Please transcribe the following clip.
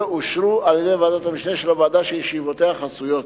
יאושרו על-ידי ועדת משנה של הוועדה שישיבותיה חסויות,